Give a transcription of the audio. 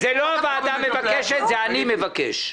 לא הוועדה מבקשת אלא אני מבקש.